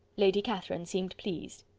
lady catherine seemed pleased.